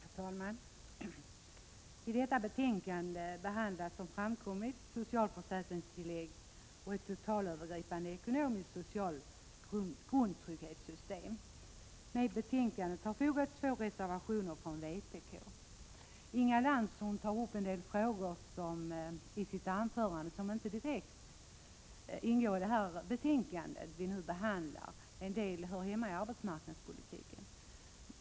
Herr talman! I detta betänkande behandlas frågan om ett socialförsäkringstillägg och ett totalövergripande ekonomiskt och socialt grundtrygghetssystem. Till betänkandet har fogats två reservationer från vpk. I sitt anförande tar Inga Lantz upp en del frågor som inte direkt berörs i betänkandet. Vissa frågor hör hemma i arbetsmarknadspolitiken.